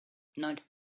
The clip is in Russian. ноль